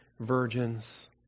virgins